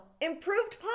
improved